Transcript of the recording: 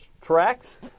tracks